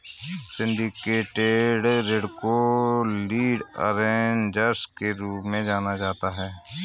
syndicated ऋण को lead arrangers के रूप में जाना जाता है